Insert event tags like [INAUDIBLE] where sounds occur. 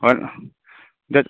হয় [UNINTELLIGIBLE]